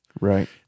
right